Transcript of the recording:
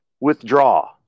withdraw